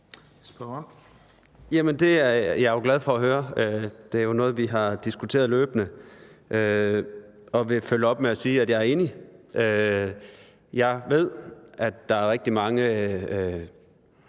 Det er jeg jo glad for at høre. Det er jo noget, vi har diskuteret løbende, og jeg vil følge op med at sige, at jeg er enig. Jeg ved så, at der er rigtig mange